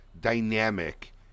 dynamic